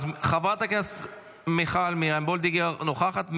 אז חברת הכנסת מיכל מרים וולדיגר נוכחת,